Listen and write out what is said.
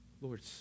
Lord